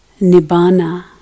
Nibbana